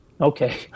Okay